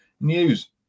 news